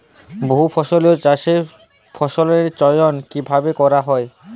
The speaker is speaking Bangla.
বহুফসলী চাষে ফসলের চয়ন কীভাবে করা হয়?